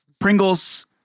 Pringles